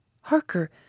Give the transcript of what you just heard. Harker